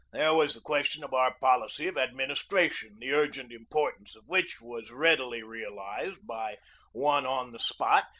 there was the ques tion of our policy of administration the urgent im portance of which was readily realized by one on the spot,